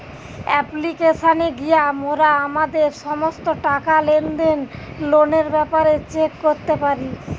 অ্যাপ্লিকেশানে গিয়া মোরা আমাদের সমস্ত টাকা, লেনদেন, লোনের ব্যাপারে চেক করতে পারি